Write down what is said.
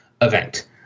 event